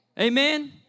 Amen